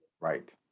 Right